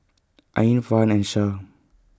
Ain Farhan and Shah